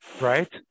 Right